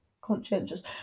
conscientious